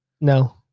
No